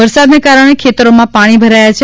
વરસાદને કારણે ખેતરોમાં પાણી ભરાયા છે